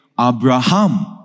Abraham